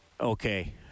okay